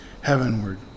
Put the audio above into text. heavenward